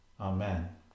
Amen